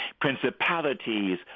principalities